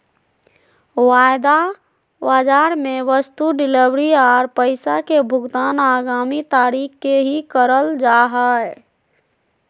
वायदा बाजार मे वस्तु डिलीवरी आर पैसा के भुगतान आगामी तारीख के ही करल जा हय